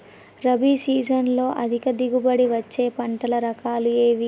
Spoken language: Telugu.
రబీ సీజన్లో అధిక దిగుబడి వచ్చే పంటల రకాలు ఏవి?